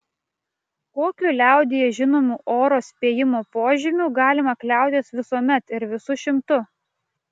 kokiu liaudyje žinomu oro spėjimo požymiu galima kliautis visuomet ir visu šimtu